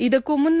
ಇದಕ್ಕೂ ಮುನ್ನ